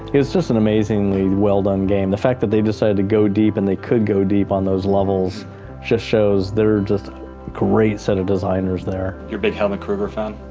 it was just an amazingly well done game, the fact that they decided to go deep and they could go deep on those levels just shows they're just great set of designers there. you're a big helmut kruger fan?